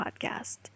podcast